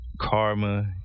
karma